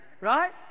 Right